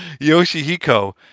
Yoshihiko